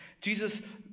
Jesus